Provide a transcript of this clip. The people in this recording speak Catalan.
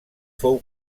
fou